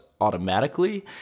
automatically